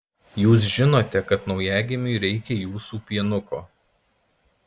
jūs žinote kad naujagimiui reikia jūsų pienuko